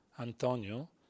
Antonio